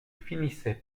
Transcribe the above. finissait